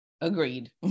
Agreed